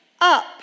up